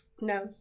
no